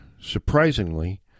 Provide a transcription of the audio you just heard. Surprisingly